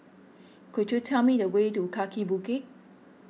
could you tell me the way to Kaki Bukit